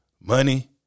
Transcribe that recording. money